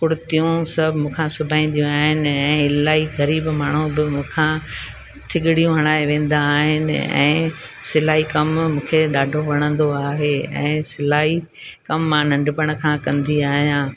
कुर्तियूं सभु मूं खां सिबाईंदियूं आहिनि ऐं इलाही ग़रीबु माण्हू बि मूं खां थिगड़ियूं हणाए वेंदा आहिनि ऐं सिलाई कमु मूंखे ॾाढो वणंदो आहे ऐं सिलाई कमु मां नंढपण खां कंदी आहियां